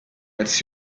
its